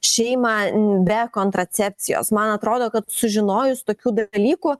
šeimą be kontracepcijos man atrodo kad sužinojus tokių dalykų